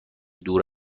دور